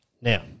Now